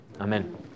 Amen